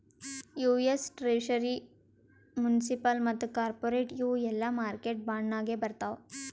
US treasury, municipal ಮತ್ತ corporate ಇವು ಎಲ್ಲಾ ಮಾರ್ಕೆಟ್ ಬಾಂಡ್ ನಾಗೆ ಬರ್ತಾವ್